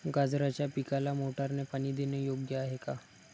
गाजराच्या पिकाला मोटारने पाणी देणे योग्य आहे का?